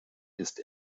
ist